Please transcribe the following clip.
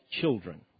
children